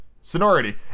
sonority